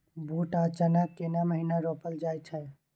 बूट आ चना केना महिना रोपल जाय छै?